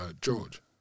George